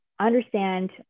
understand